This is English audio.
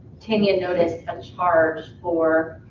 tanya noticed a charge for,